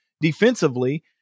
defensively